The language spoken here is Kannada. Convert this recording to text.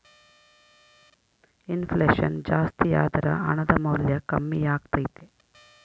ಇನ್ ಫ್ಲೆಷನ್ ಜಾಸ್ತಿಯಾದರ ಹಣದ ಮೌಲ್ಯ ಕಮ್ಮಿಯಾಗತೈತೆ